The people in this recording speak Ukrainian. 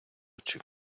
очі